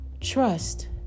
trust